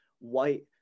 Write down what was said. white